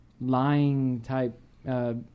lying-type